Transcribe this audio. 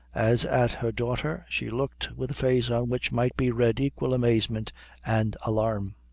as at her daughter, she looked with a face on which might be read equal amazement and alarm.